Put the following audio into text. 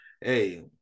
Hey